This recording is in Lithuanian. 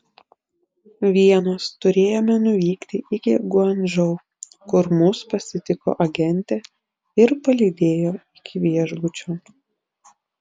vienos turėjome nuvykti iki guangdžou kur mus pasitiko agentė ir palydėjo iki viešbučio